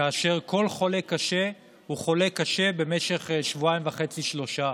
כאשר כל חולה קשה הוא חולה קשה במשך שבועיים וחצי-שלושה.